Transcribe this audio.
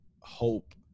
hope